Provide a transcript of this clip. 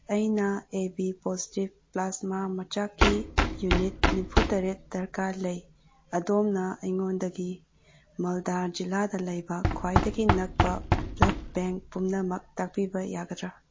ꯑꯩꯅ A B positive plasma ꯃꯆꯥꯛꯀꯤ unit ꯅꯤꯐꯨꯇꯔꯦꯠ ꯗꯔꯀꯥꯔ ꯂꯩ ꯑꯗꯣꯝꯅ ꯑꯩꯉꯣꯟꯗꯒꯤ ꯃꯜꯗꯥ ꯖꯤꯂꯥꯗ ꯂꯩꯕ ꯈ꯭ꯋꯥꯏꯗꯒꯤ ꯅꯛꯄ ꯕ꯭ꯂꯗ ꯕꯦꯡ ꯄꯨꯝꯅꯃꯛ ꯇꯥꯛꯄꯤꯕ ꯌꯥꯒꯗ꯭ꯔꯥ